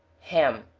ham.